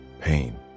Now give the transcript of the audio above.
pain